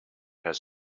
has